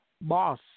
boss